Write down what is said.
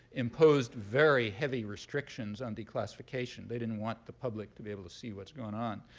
imposed very heavy restrictions on declassification. they didn't want the public to be able to see what's going on.